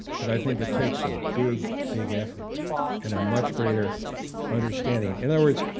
but i think it takes a big, big effort and a much greater understanding. in other words,